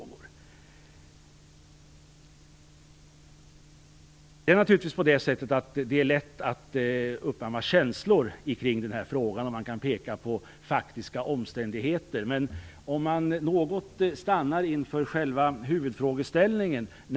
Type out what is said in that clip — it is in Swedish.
Det är naturligtvis lätt att uppamma känslor kring det här, och man kan peka på faktiska omständigheter, men om låt mig något stanna inför huvudfrågeställningen.